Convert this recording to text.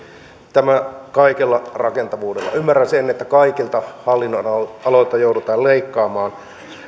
tämä kaikella rakentavuudella ymmärrän sen että kaikilta hallinnonaloilta joudutaan leikkaamaan